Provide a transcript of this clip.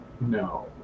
No